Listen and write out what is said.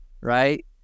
right